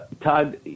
Todd